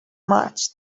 much